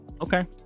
okay